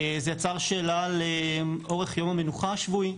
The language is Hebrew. זה יצר שאלה על אורך יום המנוחה השבועי.